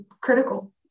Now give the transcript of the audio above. critical